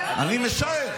אתה לא יכול, אני משער.